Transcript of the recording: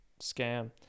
scam